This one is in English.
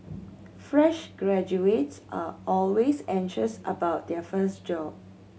fresh graduates are always anxious about their first job